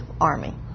army